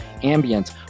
ambience